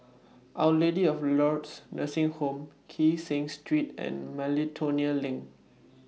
Our Lady of Lourdes Nursing Home Kee Seng Street and Miltonia LINK